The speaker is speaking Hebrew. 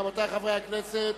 רבותי חברי הכנסת,